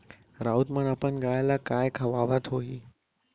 राउत मन अपन गाय ल काय खवावत होहीं